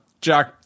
Jack